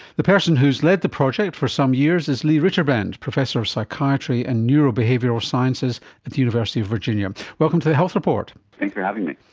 the person who has led the project for some years is lee ritterband, professor of psychiatry and neurobehavioural sciences at the university of virginia. welcome to the health report. thanks for having me.